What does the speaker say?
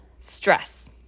stress